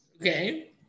Okay